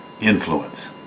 Influence